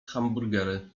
hamburgery